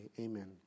amen